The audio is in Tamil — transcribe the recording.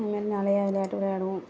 இது மாதிரி நிறையா விளையாட்டு விளையாடுவோம்